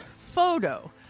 photo